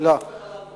הוא סומך עלי.